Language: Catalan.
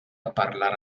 parlar